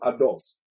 adults